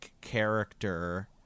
character